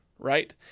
Right